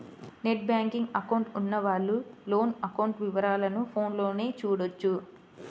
net banking account ఉన్నవాళ్ళు loan account వివరాలను ఫోన్లోనే చూడొచ్చు